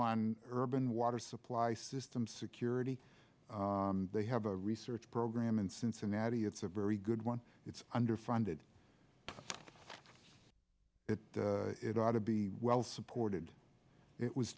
on urban water supply system security they have a research program in cincinnati it's a very good one it's underfunded it it ought to be well supported it was